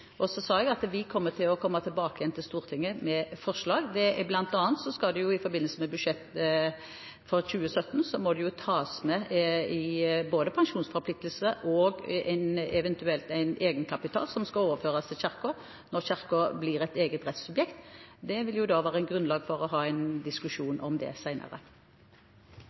Så sa jeg at vi vil komme tilbake igjen til Stortinget med forslag. Blant annet må det jo i forbindelse med budsjettet for 2017 tas med både pensjonsforpliktelser og en eventuell egenkapital som skal overføres til Kirken når Kirken blir et eget rettssubjekt. Det vil det være grunnlag for å ha en diskusjon om